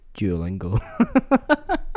duolingo